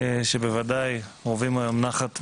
שבוודאי רווים היום נחת מיוחדת.